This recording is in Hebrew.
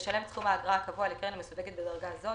תשלם את סכום האגרה הקבוע לקרן המסווגת בדרגה זו,